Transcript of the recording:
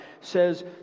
says